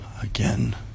again